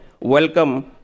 Welcome